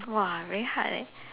!wah! very hard leh